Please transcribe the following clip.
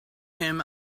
him